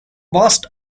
burst